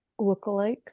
lookalikes